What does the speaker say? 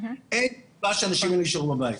אין סיבה שהאנשים האלה יישארו בבית.